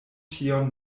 tion